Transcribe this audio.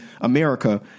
America